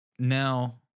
Now